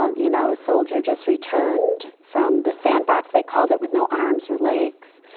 ah you know a soldier just returned from the sandbox, they called it, with no arms or legs.